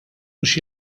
mhux